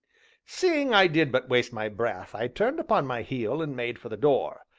seeing i did but waste my breath, i turned upon my heel, and made for the door.